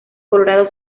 colorado